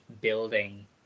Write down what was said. building